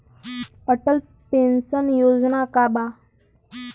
Atal pension योजना का बा?